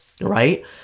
right